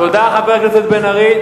תודה, חבר הכנסת בן-ארי.